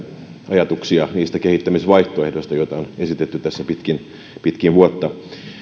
ajatuksia niistä kehittämisvaihtoehdoista joita on esitetty tässä pitkin pitkin vuotta